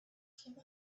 came